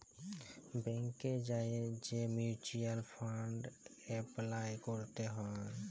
ব্যাংকে যাঁয়ে যে মিউচ্যুয়াল ফাল্ড এপলাই ক্যরতে হ্যয়